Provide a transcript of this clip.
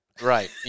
Right